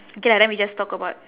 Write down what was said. okay ah then we just talk about